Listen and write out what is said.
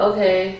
Okay